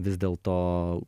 vis dėlto